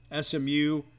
SMU